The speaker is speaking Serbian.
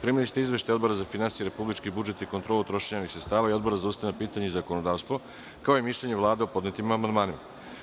Primili ste izveštaje Odbora za finansije, republički budžet i kontrolu trošenja javnih sredstava i Odbora za ustavna pitanja i zakonodavstvo, kao i mišljenje Vlade podnetim amandmanima.